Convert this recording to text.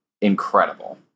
incredible